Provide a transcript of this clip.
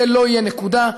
זה לא יהיה, נקודה.